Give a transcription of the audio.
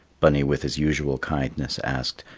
bunny with his usual kindness asked,